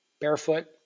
Barefoot